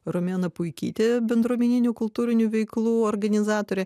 romena puikytė bendruomeninių kultūrinių veiklų organizatorė